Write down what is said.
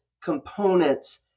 components